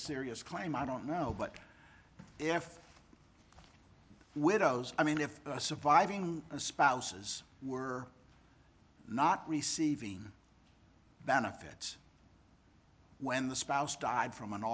a serious claim i don't know but if widows i mean if a surviving spouses were not receiving benefits when the spouse died from an